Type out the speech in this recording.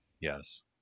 yes